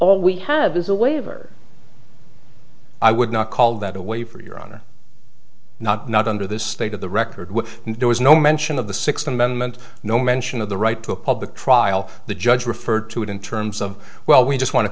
all we have is a waiver i would not call that a waiver your honor not not under the state of the record there was no mention of the sixth amendment no mention of the right to a public trial the judge referred to it in terms of well we just want to